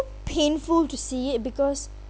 painful to see it because